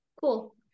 cool